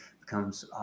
becomes